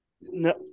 No